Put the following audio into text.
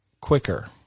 quicker